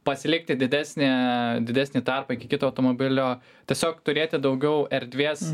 pasilikti didesnę didesnį tarpą iki kito automobilio tiesiog turėti daugiau erdvės